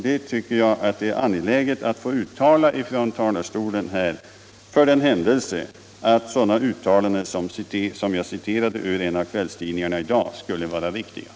Det tycker jag är angeläget att få säga från talarstolen här, för den händelse att ett sådant uttalande som det jag citerade ur en av kvällstidningarna i dag skulle vara riktigt.